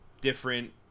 different